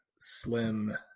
slim